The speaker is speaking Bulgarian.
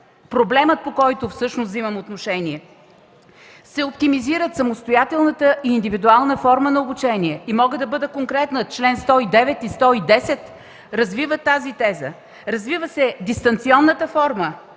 проблемът, по който всъщност вземам отношение, се оптимизира самостоятелната и индивидуална форма на обучение. Мога да бъда конкретна: чл. 109 и 110 развиват тази теза. Развива се дистанционната форма